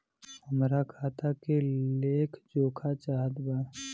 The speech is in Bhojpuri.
हमरा खाता के लेख जोखा चाहत बा?